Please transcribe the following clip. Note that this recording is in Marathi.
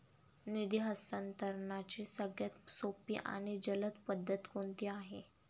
निधी हस्तांतरणाची सगळ्यात सोपी आणि जलद पद्धत कोणती आहे?